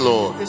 Lord